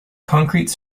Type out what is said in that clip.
concrete